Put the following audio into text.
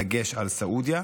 בדגש על סעודיה,